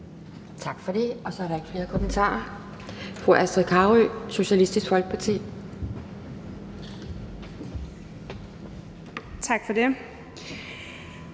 Tak for det. Så er der ikke flere kommentarer. Fru Astrid Carøe, Socialistisk Folkeparti. Kl.